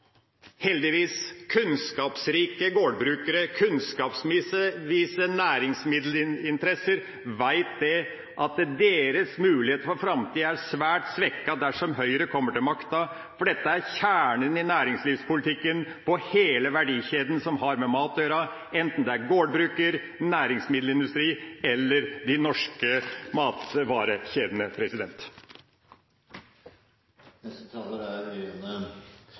Heldigvis: Kunnskapsrike gårdbrukere og kunnskapsrike næringsmiddelinteresser vet at deres muligheter for framtida er svært svekket dersom Høyre kommer til makta, for dette er kjernen i næringslivspolitikken for hele verdikjeden som har med mat å gjøre – enten det er gårdbruker, næringsmiddelindustri eller de norske matvarekjedene. For norsk landbruk er